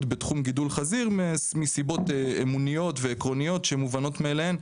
בתחום גידול חזיר מסיבות אמונתיות ועקרוניות שמובנות מאליהן,